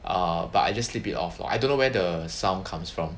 err but I just sleep it off I don't know whether sound comes from